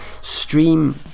stream